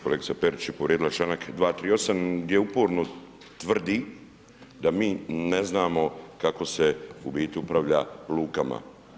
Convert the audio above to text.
Kolega Perić je povrijedila članak 238. gdje uporno tvrdi da mi ne znamo kako se u biti upravlja lukama.